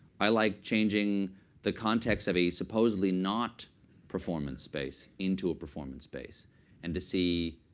i like changing the context of a supposedly not performance space into a performance space and to see